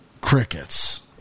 crickets